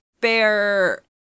bear